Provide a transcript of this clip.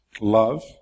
Love